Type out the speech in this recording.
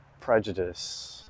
prejudice